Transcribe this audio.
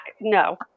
No